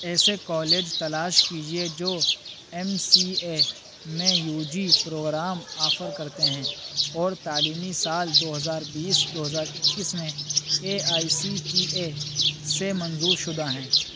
ایسے کالج تلاش کیجیے جو ایم سی اے میں یو جی پروگرام آفر کرتے ہیں اور تعلیمی سال دو ہزار بیس دو ہزار اکیس میں A I C T E سے منظور شدہ ہیں